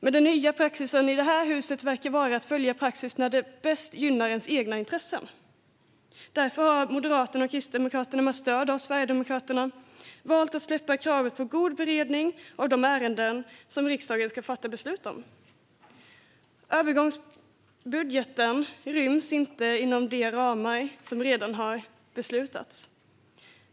Men den nya praxisen i det här huset verkar vara att följa praxis när det bäst gynnar ens egna intressen. Därför har Moderaterna och Kristdemokraterna med stöd av Sverigedemokraterna valt att släppa kravet på en god beredning av de ärenden som riksdagen ska fatta beslut om. Övergångsbudgeten ryms inte inom de ekonomiska ramar som redan har beslutats.